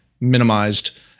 minimized